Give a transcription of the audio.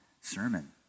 sermon